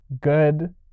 good